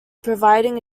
providing